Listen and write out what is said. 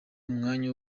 umwanya